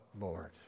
Lord